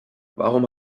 warum